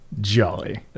Jolly